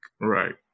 right